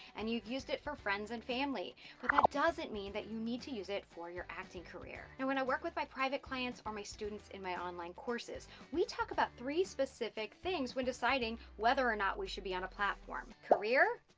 and you've used it for friends and family. but that um doesn't mean that you need to use it, for your acting career. and when i work with my private clients or my students in my online courses, we talk about three specific things, when deciding whether or not we should be on a platform, career,